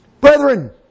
Brethren